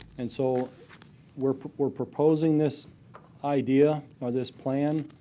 and so we're we're proposing this idea, or this plan,